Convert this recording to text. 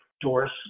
Doris